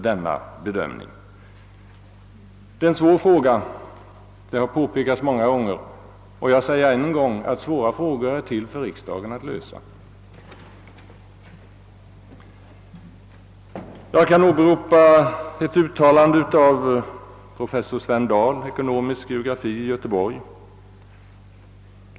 Detta är ett svårt problem — det har påpekats många gånger — och jag säger ännu en gång att det ankommer på riksdagen att lösa svåra problem. Jag kan åberopa ett uttalande av Sven Dahl, professor i ekonomisk geografi vid Handelshögskolan i Göteborg.